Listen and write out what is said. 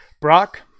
Brock